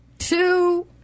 Two